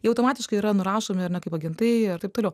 jie automatiškai yra nurašomi ar ne kaip agentai ir taip toliau